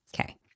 Okay